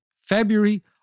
February